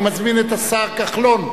אני מזמין את השר כחלון,